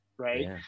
Right